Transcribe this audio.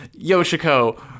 Yoshiko